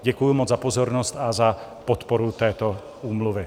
Děkuji moc za pozornost a za podporu této úmluvy.